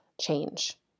change